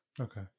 Okay